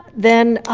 then,